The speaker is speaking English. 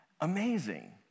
Amazing